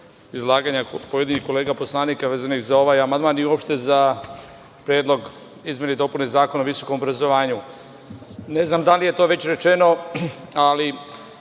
izlaganja pojedinih kolega poslanika vezanih za ovaj amandman, i uopšte za predlog izmene i dopune Zakona o visokom obrazovanju. Ne znam da li je to već rečeno, ali